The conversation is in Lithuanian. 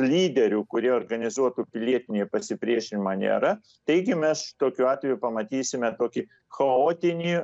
lyderių kurie organizuotų pilietinį pasipriešinimą nėra taigi mes tokiu atveju pamatysime tokį chaotinį